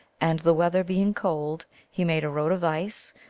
and the weather being cold he made a road of ice,